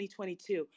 2022